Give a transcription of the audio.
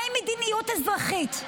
מהי מדיניות אזרחית?